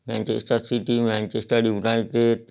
Manchester city Manchester united